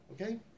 okay